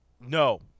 no